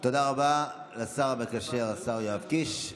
רבה לשר המקשר, השר יואב קיש.